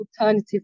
alternative